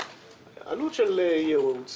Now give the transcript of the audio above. אבל זה עלות ייעוץ.